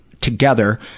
together